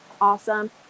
awesome